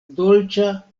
dolĉa